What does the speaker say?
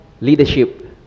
leadership